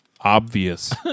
obvious